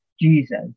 jesus